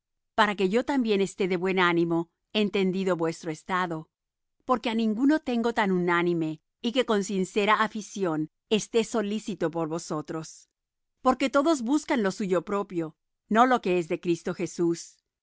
para que yo también esté de buen ánimo entendido vuestro estado porque á ninguno tengo tan unánime y que con sincera afición esté solícito por vosotros porque todos buscan lo suyo propio no lo que es de cristo jesús